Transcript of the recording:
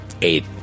eight